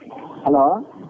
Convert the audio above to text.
Hello